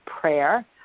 prayer